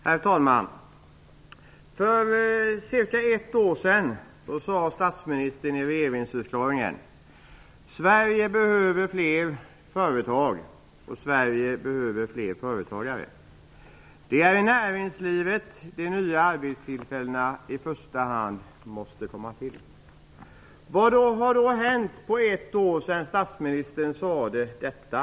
Herr talman! För cirka ett år sedan sade statsministern i regeringsförklaringen: Sverige behöver fler företag, och Sverige behöver fler företagare. Det är i näringslivet de nya arbetstillfällena i första hand måste komma till. Vad har då hänt på det år som har gått sedan statsministern sade detta?